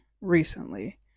recently